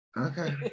Okay